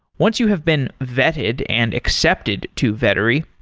once you have been vetted and accepted to vettery,